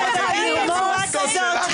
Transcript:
לימור סון הר מלך